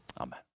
amen